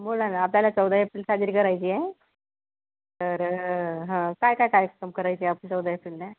बोला ना आपल्याला चौदा एप्रिल साजरी करायची आहे तर हं काय काय कार्यक्रम करायचे आपण चौदा एप्रिलला